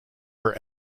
her